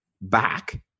back